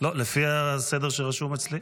--- לפי הסדר שרשום אצלי.